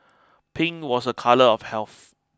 pink was a colour of health